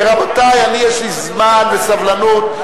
רבותי, אני, יש לי זמן וסבלנות.